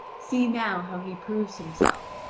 see now how he proves himself,